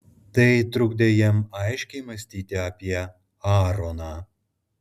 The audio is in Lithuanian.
tai trukdė jam aiškiai mąstyti apie aaroną